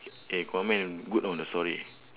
eh aquaman good know the story